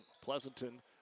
Pleasanton